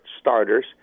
starters